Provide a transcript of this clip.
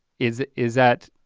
is is that,